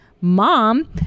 mom